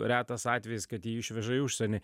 retas atvejis kad jį išveža į užsienį